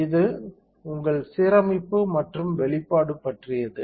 இது உங்கள் சீரமைப்பு மற்றும் வெளிப்பாடு பற்றியது